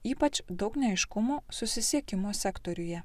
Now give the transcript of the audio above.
ypač daug neaiškumų susisiekimo sektoriuje